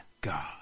God